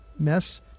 mess